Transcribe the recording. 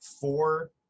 four